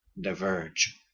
diverge